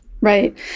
right